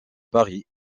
paris